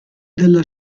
della